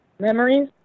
memories